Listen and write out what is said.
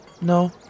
No